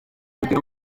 kugira